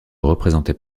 représentait